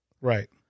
Right